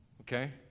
Okay